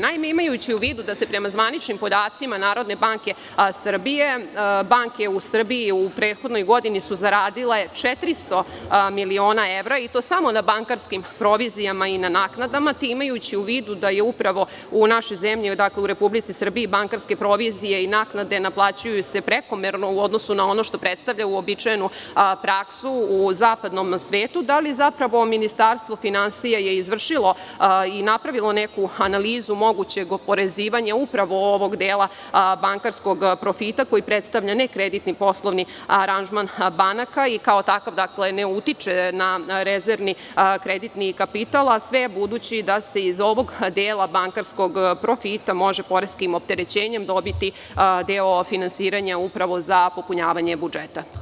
Naime, imajući u vidu da se prema zvaničnim podacima NBS banke u Srbiji u prethodnoj godini su zaradile 400 miliona evra i to samo na bankarskim provizijama i na naknadama, imajući u vidu da je upravo u našoj zemlji u Republici Srbiji da se bankarske provizije i naknade naplaćuju prekomerno u odnosu na ono što predstavlja uobičajenu praksu u zapadnom svetu, da li je Ministarstvo finansija izvršilo i napravilo neku analizu mogućeg oporezivanja ovog dela bankarskog profita koji predstavlja nekreditni poslovni aranžman banaka, i kao takav ne utiče na rezervni kreditni kapital, a sve budući da se iz ovog dela bankarskog profita može poreskim opterećenjem dobiti deo finansiranja za popunjavanje budžeta?